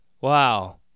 Wow